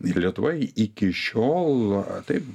ir lietuva iki šiol taip